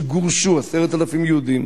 שגורשו 10,000 יהודים,